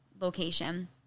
location